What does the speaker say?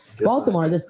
Baltimore